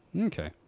Okay